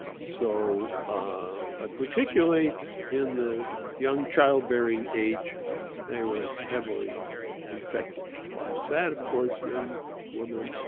so but particularly in the young childbearing age they were heavily infected. why is that? of course young women,